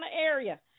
area